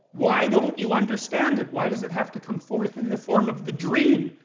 why don't you understand it? why does it have to come forth in the form of the dream?